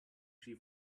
she